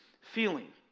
feeling